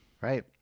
Right